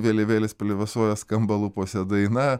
vėliavėlės plevėsuoja skamba lūpose daina